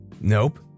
Nope